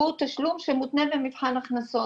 הוא תשלום שמותנה במבחן הכנסות.